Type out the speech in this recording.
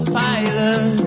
pilot